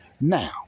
Now